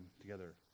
together